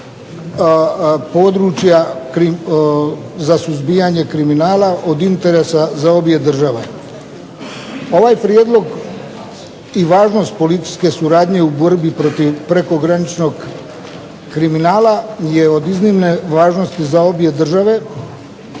područja za suzbijanje kriminala od interesa za obje države. Ovaj prijedlog i važnost policijske suradnje u borbi protiv prekograničnog kriminala je od iznimne važnosti za obje države,